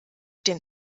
den